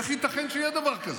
איך ייתכן שיהיה דבר כזה?